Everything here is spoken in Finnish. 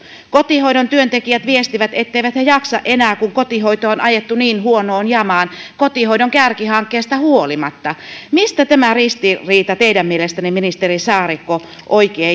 kotihoidon työntekijät viestivät etteivät he jaksa enää kun kotihoito on ajettu niin huonoon jamaan kotihoidon kärkihankkeesta huolimatta mistä tämä ristiriita teidän mielestänne ministeri saarikko oikein